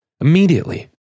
Immediately